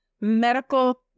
medical